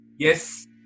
Yes